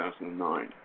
2009